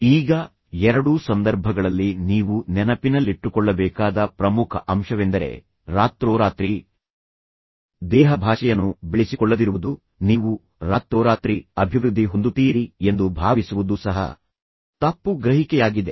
ಈಗ ಎರಡೂ ಸಂದರ್ಭಗಳಲ್ಲಿ ನೀವು ನೆನಪಿನಲ್ಲಿಟ್ಟುಕೊಳ್ಳಬೇಕಾದ ಪ್ರಮುಖ ಅಂಶವೆಂದರೆ ರಾತ್ರೋರಾತ್ರಿ ದೇಹಭಾಷೆಯನ್ನು ಬೆಳೆಸಿಕೊಳ್ಳದಿರುವುದು ನೀವು ರಾತ್ರೋರಾತ್ರಿ ಅಭಿವೃದ್ಧಿ ಹೊಂದುತ್ತೀರಿ ಎಂದು ಭಾವಿಸುವುದು ಸಹ ತಪ್ಪು ಗ್ರಹಿಕೆಯಾಗಿದೆ